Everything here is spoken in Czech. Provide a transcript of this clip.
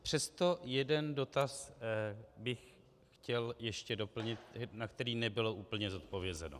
Přesto jeden dotaz bych chtěl ještě doplnit, na který nebylo úplně zodpovězeno.